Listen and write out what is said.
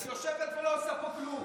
את יושבת ולא עושה פה כלום.